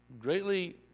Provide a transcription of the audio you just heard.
greatly